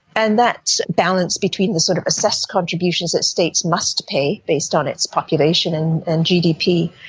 and that's balanced between the sort of assessed contributions that states must pay based on its population and and gdp,